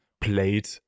played